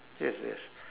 yes yes